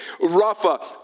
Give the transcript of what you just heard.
Rafa